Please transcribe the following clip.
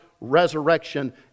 resurrection